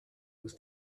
was